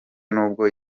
nubwo